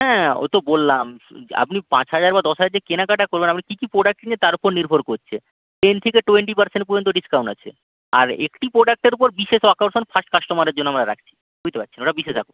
হ্যাঁ ওই তো বললাম আপনি পাঁচ হাজার বা দশ হাজার যে কেনাকাটা করবেন আপনি কী কী প্রোডাক্ট কিনলেন তার উপর নির্ভর করছে টেন থেকে টোয়েন্টি পারসেন্ট পর্যন্ত ডিসকাউন্ট আছে আর একটি প্রোডাক্টের উপর বিশেষ আকর্ষণ ফার্স্ট কাস্টোমারের জন্য আমরা রাখছি বুঝতে পারছেন ওটা বিশেষ আকর্ষণ